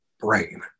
brain